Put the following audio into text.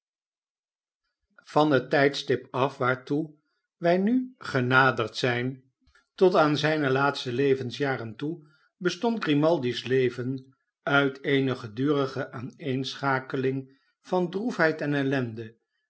van het tljdstip af waartoe wij nu genaderd zijn tot aan zijne laatste levensjaren toe bestond grimaldi's leven uit eene gedurige aan eenschakeling van droefheid en ellende